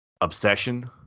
obsession